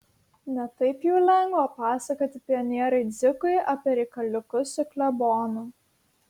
ne taip jau lengva pasakoti pionieriui dzikui apie reikaliukus su klebonu